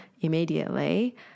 immediately